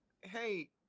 hey